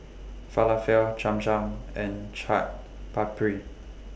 Falafel Cham Cham and Chaat Papri